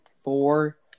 four